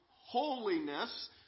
holiness